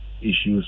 issues